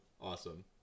Awesome